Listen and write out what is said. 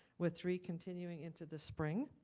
with three continuing into the spring.